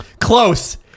Close